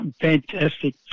Fantastic